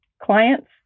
clients